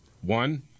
One